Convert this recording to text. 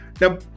Now